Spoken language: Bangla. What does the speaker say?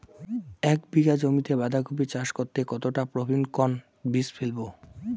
এক বিঘা জমিতে বাধাকপি চাষ করতে কতটা পপ্রীমকন বীজ ফেলবো?